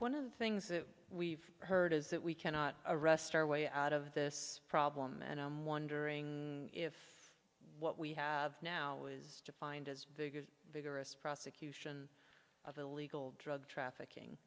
one of the things that we've heard is that we cannot arrest our way out of this problem and i'm wondering if what we have now is defined as vigorous prosecution of illegal drug trafficking